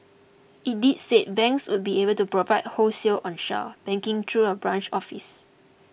it did say banks would be able to provide wholesale onshore banking through a branch office